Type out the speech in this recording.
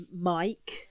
Mike